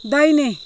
दाहिने